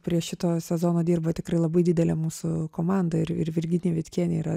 prie šito sezono dirba tikrai labai didelė mūsų komanda ir ir virginija vitkienė yra